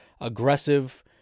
aggressive